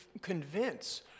convince